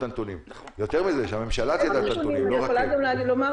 הנתונים האלה מתקבלים מאיכוני השב"כ.